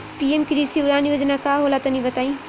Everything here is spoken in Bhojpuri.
पी.एम कृषि उड़ान योजना का होला तनि बताई?